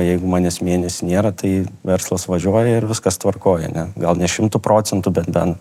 jeigu manęs mėnesį nėra tai verslas važiuoja ir viskas tvarkoj ane gal ne šimtu procentų bet bent